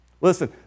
Listen